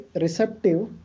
receptive